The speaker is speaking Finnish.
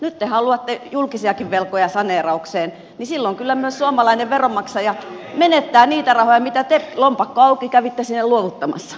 nyt te haluatte julkisiakin velkoja saneeraukseen ja silloin kyllä myös suomalainen veronmaksaja menettää niitä rahoja joita te lompakko auki kävitte sinne luovuttamassa